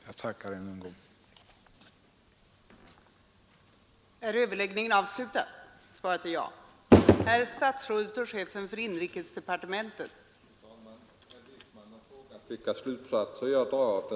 Jag tackar än en gång för det.